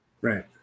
Right